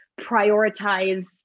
prioritize